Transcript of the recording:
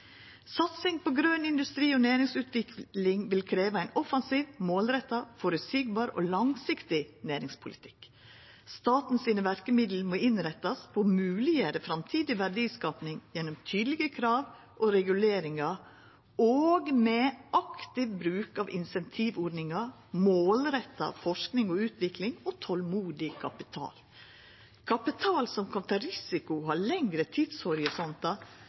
Satsing på grøn industri og næringsutvikling vil krevja ein offensiv, målretta, føreseieleg og langsiktig næringspolitikk. Staten sine verkemiddel må innrettast på å mogleggjera framtidig verdiskaping gjennom tydelege krav og reguleringar og med aktiv bruk av insentivordningar, målretta forsking og utvikling og tolmodig kapital. Kapital som kan ta risiko, har lengre